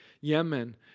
Yemen